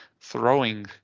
throwing